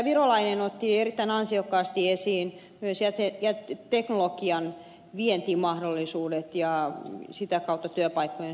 virolainen otti erittäin ansiokkaasti esiin myös jäteteknologian vientimahdollisuudet ja sitä kautta työpaikkojen syntymisen